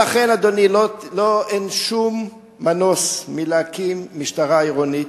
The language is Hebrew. לכן, אדוני, אין מנוס מלהקים משטרה עירונית.